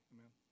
Amen